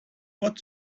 what